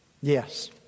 Yes